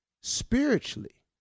spiritually